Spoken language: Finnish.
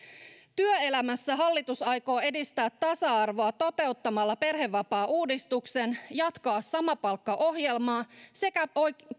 työelämässä hallitus aikoo edistää tasa arvoa toteuttamalla perhevapaauudistuksen jatkaa samapalkkaohjelmaa sekä